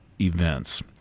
events